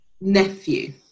nephew